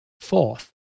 Fourth